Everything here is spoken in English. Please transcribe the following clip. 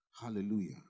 Hallelujah